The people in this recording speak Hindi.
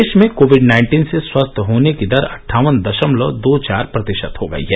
देश में कोविड नाइन्टीन से स्वस्थ होने की दर अट्ठावन दशमलव दो चार प्रतिशत हो गई है